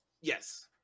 yes